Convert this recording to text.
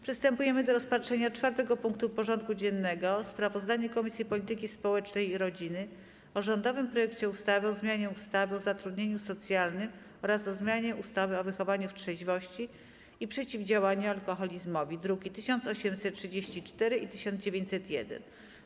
Przystępujemy do rozpatrzenia punktu 4. porządku dziennego: Sprawozdanie Komisji Polityki Społecznej i Rodziny o rządowym projekcie ustawy o zmianie ustawy o zatrudnieniu socjalnym oraz o zmianie ustawy o wychowaniu w trzeźwości i przeciwdziałaniu alkoholizmowi (druki nr 1834 i 1901)